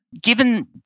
given